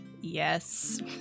Yes